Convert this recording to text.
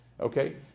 okay